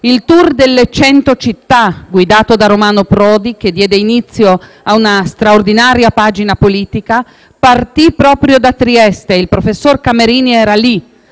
Il *tour* delle Cento città, guidato da Romano Prodi, che diede inizio a una straordinaria pagina politica, partì proprio da Trieste. Il professor Camerini era lì,